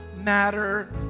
matter